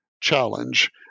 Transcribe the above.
challenge